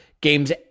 games